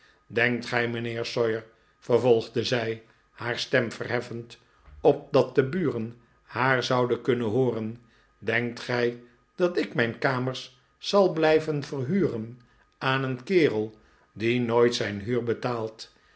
denkt gij mijnheer sawyer vervolgde zij haar stem verheffend opdat de buren haar zouden kunnen hooren denkt gij dat ik mijn kamers zal blijven verhuren aan een kerel die nooit zijn huur betaalt